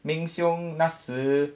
meng siong 那时